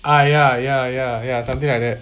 ah ya ya ya ya something like that